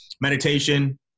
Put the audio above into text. Meditation